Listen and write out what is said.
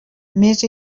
més